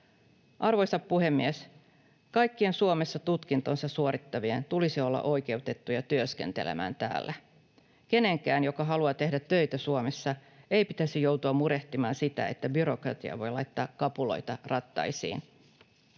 Arvoisa puhemies! Kaikkien Suomessa tutkintonsa suorittavien tulisi olla oikeutettuja työskentelemään täällä. Kenenkään, joka haluaa tehdä töitä Suomessa, ei pitäisi joutua murehtimaan sitä, että byrokratia voi laittaa kapuloita rattaisiin.